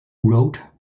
wrote